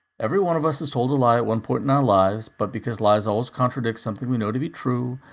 every one of us has told a lie at one point in our lives, but because lies always contradict something we know to be true,